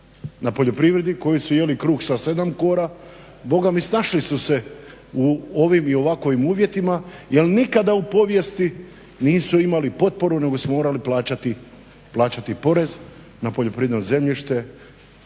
na poljoprivredi, koji su jeli kruh sa 7 kora bogami snašli su se u ovim i ovakvim uvjetima jer nikada u povijesti nisu imali potporu nego su morali plaćati porez na poljoprivredno zemljište